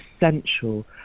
essential